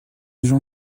gens